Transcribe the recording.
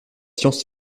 science